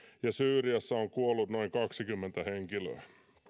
ja syyriassa on kuollut noin kaksikymmentä henkilöä